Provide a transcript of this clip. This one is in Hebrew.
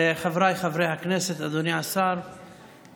חבריי חברי הכנסת, מחר,